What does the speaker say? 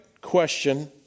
question